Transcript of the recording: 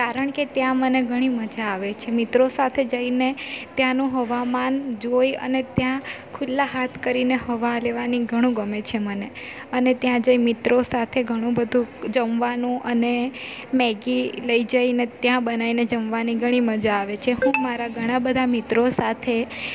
કારણ કે ત્યાં મને ઘણી મજા આવે છે મિત્રો સાથે જઈને ત્યાંનું હવામાન જોઈ અને ત્યાં ખુલ્લા હાથ કરીને હવા લેવાની ઘણું ગમે છે મને અને ત્યાં જઈ મિત્રો સાથે ઘણું બધું જમવાનું અને મેગી લઈ જઈને ત્યાં બનાવીને જમવાની ઘણી મજા આવે છે હું મારા ઘણા બધા મિત્રો સાથે